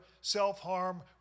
self-harm